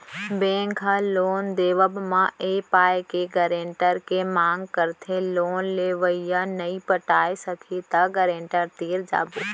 bank ह loan देवब म ए पाय के गारेंटर के मांग करथे लोन लेवइया नइ पटाय सकही त गारेंटर तीर जाबो